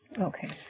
Okay